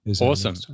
awesome